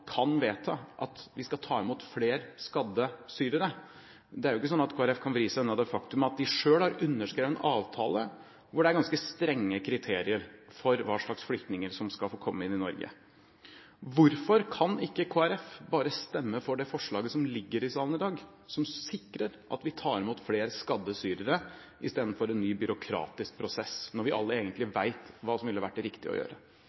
kan vedta at vi skal ta imot flere skadde syrere. Det er ikke slik at Kristelig Folkeparti kan vri seg unna det faktum at de selv har underskrevet en avtale der det er ganske strenge kriterier for hva slags flyktninger som skal komme inn i Norge. Hvorfor kan ikke Kristelig Folkeparti bare stemme for det forslaget som ligger i salen i dag, som sikrer at vi tar imot flere skadde syrere, i stedet for en ny byråkratisk prosess – når vi alle egentlig vet hva som ville vært det riktige å gjøre?